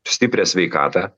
stiprią sveikatą